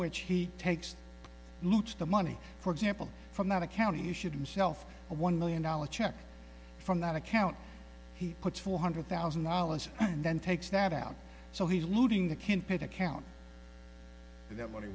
which he takes the money for example from that account he shouldn't shelf a one million dollar check from that account he puts four hundred thousand dollars and then takes that out so he's looting the campaign account and that